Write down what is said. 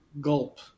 Gulp